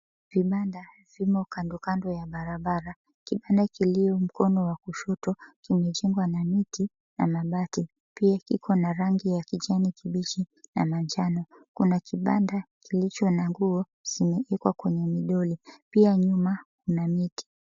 Kibanda, zimo kando kando ya barabara. Kibanda kilio mkono wa kushoto kimejengwa na miti na mabati. Pia kiko na rangi ya kijani kibichi na manjano. Kuna kibanda kilicho na nguo, zimefikwa kwenye midoli. Pia nyuma, kuna miti.